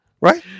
Right